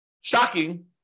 shocking